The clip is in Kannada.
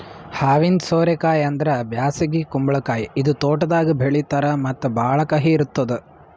ಹಾವಿನ ಸೋರೆ ಕಾಯಿ ಅಂದುರ್ ಬ್ಯಾಸಗಿ ಕುಂಬಳಕಾಯಿ ಇದು ತೋಟದಾಗ್ ಬೆಳೀತಾರ್ ಮತ್ತ ಭಾಳ ಕಹಿ ಇರ್ತುದ್